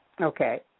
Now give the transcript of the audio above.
Okay